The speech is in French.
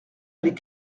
allait